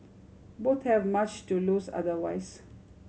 both have much to lose otherwise